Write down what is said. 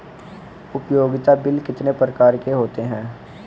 उपयोगिता बिल कितने प्रकार के होते हैं?